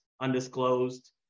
undisclosed